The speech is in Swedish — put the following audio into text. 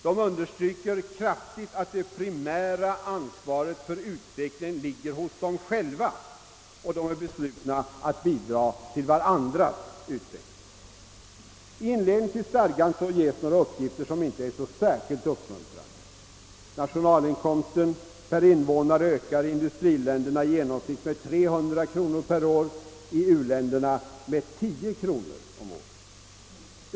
De understryker kraftigt att det primära ansvaret för utvecklingen ligger hos dem själva, och de är beslutna att bidra till varandras utveckling. I inledningen till Alger-stadgan ges några uppgifter som inte är särskilt uppmuntrande. Nationalinkomsten per invånare ökar i industriländerna med i genomsnitt 300 kronor per år, i u-länderna med 10 kronor om året.